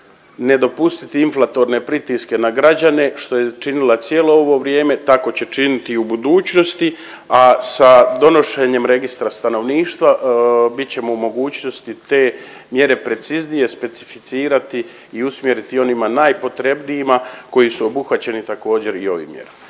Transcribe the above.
ne dopustiti inflatorne pritiske na građane što je činila cijelo ovo vrijeme, tako će činiti u budućnosti, a sa donošenjem Registra stanovništva bit ćemo u mogućnosti te mjere preciznije specificirati u usmjeriti onima najpotrebnijima koji su obuhvaćeni također i ovim mjerama.